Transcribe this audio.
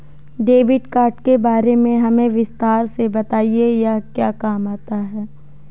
Debit card के बारे में हमें विस्तार से बताएं यह क्या काम आता है?